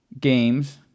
games